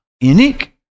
unique